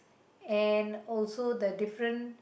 and also the different